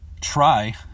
try